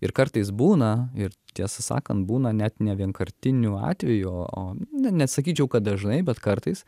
ir kartais būna ir tiesą sakant būna net ne vienkartinių atvejų o na nesakyčiau kad dažnai bet kartais